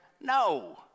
no